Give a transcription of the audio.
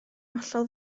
hollol